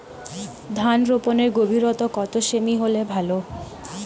ধান রোপনের গভীরতা কত সেমি হলে ভালো?